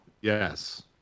yes